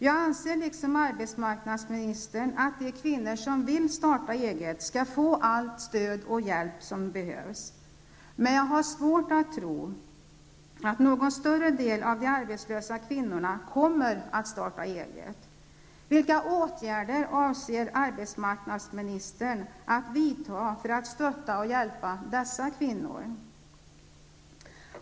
Jag anser liksom arbetsmarknadsministern att de kvinnor som vill starta eget skall få allt stöd och all hjälp som behövs. Men jag har svårt att tro att någon större del av de arbetslösa kvinnorna kommer att starta eget. Vilka åtgärder avser arbetsmarknadsministern att vidta för att stötta och hjälpa dessa kvinnor?